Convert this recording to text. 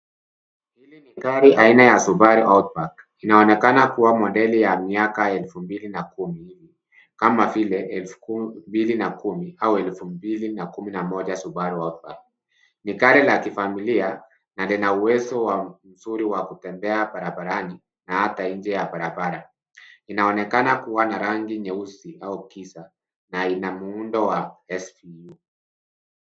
Hili ni gari aina la Subaru outback inaonekana kuwa modeli ya miaka ya elfu mbili na kumi hivi. Kama vile elfu mbili na kumi au elfu mbili na kumi na moja Subaru Outback. Ni gari la kifamilia na lina uwezo mzuri wa kutembea barabarani na hata nje ya barabara. Inaonekana kuwa na rangi nyeusi au giza na ina muundo wa SUV.